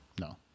No